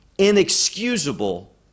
inexcusable